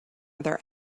other